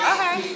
Okay